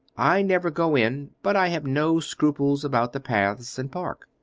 i never go in, but i have no scruples about the paths and park.